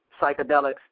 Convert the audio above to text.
psychedelics